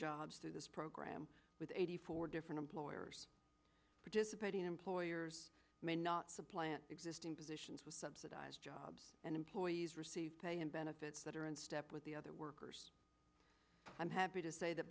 jobs through this program with eighty four different employers participating employers may not supplant existing position to subsidize jobs and receive pay and benefits that are in step with the other workers i'm happy to say that